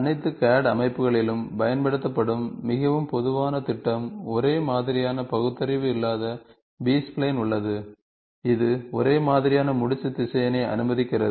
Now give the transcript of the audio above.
அனைத்து CAD அமைப்புகளிலும் பயன்படுத்தப்படும் மிகவும் பொதுவான திட்டம் ஒரே மாதிரியான பகுத்தறிவு இல்லாத பி ஸ்ப்லைன் உள்ளது இது ஒரே மாதிரியான முடிச்சு திசையனை அனுமதிக்கிறது